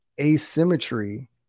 asymmetry